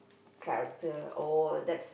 character or that's